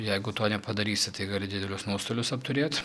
jeigu to nepadarysi tai gali didelius nuostolius apturėt